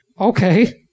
Okay